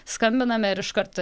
skambiname ir iškart